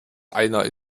einer